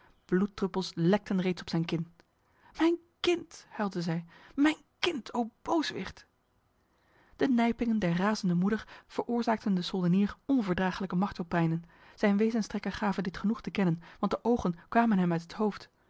bloeddruppels lekten reeds op zijn kin mijn kind huilde zij mijn kind o booswicht de nijpingen der razende moeder veroorzaakten de soldenier onverdraaglijke martelpijnen zijn wezenstrekken gaven dit genoeg te kennen want de ogen kwamen hem uit het hoofd